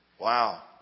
Wow